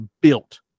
built